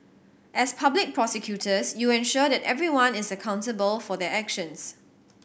as public prosecutors you ensure that everyone is accountable for their actions